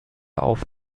auf